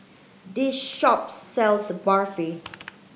this shop sells Barfi